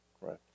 Right